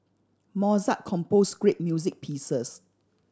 Mozart composed great music pieces